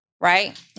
right